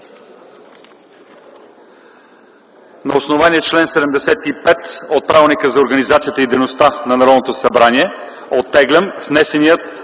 „На основание чл. 75 от Правилника за организацията и дейността на Народното събрание оттеглям внесения